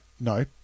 no